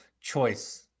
choice